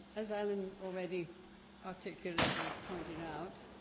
as ellen already articulately pointed out,